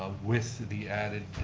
um with the added,